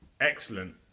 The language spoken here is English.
Excellent